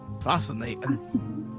Fascinating